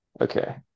okay